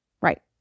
Right